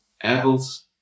apples